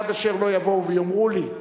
עד אשר לא יבואו ויאמרו לי,